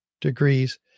degrees